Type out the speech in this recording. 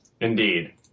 indeed